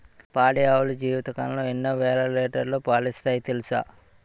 పాడి ఆవులు జీవితకాలంలో ఎన్నో వేల లీటర్లు పాలిస్తాయి తెలుసా